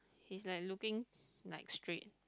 he's like looking like straight